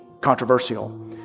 controversial